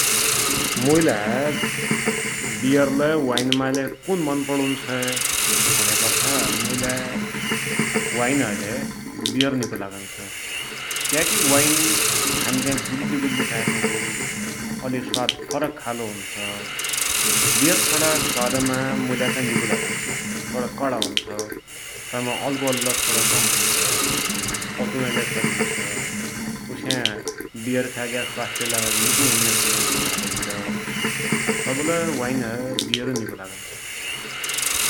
मुइलाइ बियर लै वाइनमाइलै कु मन पडुञ्छै भुण्यापाछा मुइलाइ वाइन है लै बियर निको लागुन्छ। क्याकी वाइन खान्ज्या गुल्ल्यो गुल्ल्यो टाइपको अलि स्वाद फरक खालको हुन्छ। बियर थोडा स्वादमा मुइलाइ चाहि निकोइ लागुन्छ, थोडा कडा हुन्छ, तैमा अल्कोहल लै थोडा कम हुन्छ। पचुनाकी लै सजि हुन्छ, उस्या बियर खाइग्या स्वास्थ्याकी ल्यालै निको भुण्या सुनिन्छा भाइरतिर, तबलाई वाइन है लै बियर निको लागुन्छ।